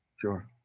Sure